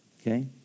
Okay